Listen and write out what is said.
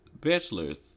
bachelor's